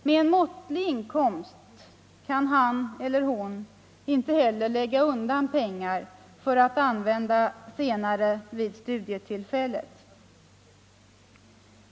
Med en måttlig inkomst kan han eller hon inte heller lägga undan pengar för att använda senare vid studietillfället.